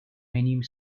many